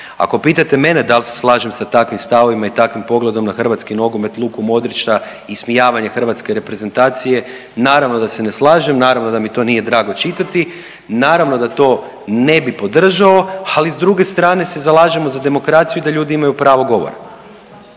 Ako pitate mene dal se slažem sa takvim stavovima i takvim pogledom na hrvatski nogomet, Luku Modrića i ismijavanje hrvatske reprezentacije, naravno da se ne slažem, naravno da mi to nije drago čitati, naravno da to ne bi podržao, ali s druge strane se zalažemo za demokraciju i da ljudi imaju pravo govora,